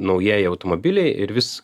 naujieji automobiliai ir vis